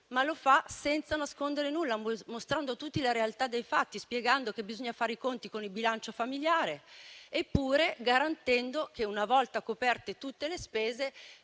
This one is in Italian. ma lo fa senza nascondere nulla, mostrando a tutti la realtà dei fatti, spiegando che bisogna fare i conti con il bilancio familiare, eppure, garantendo che una volta coperte tutte le spese,